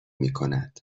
میکند